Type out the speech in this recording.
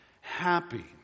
happy